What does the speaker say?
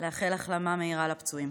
לאחל החלמה מהירה לפצועים.